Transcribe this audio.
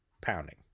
pounding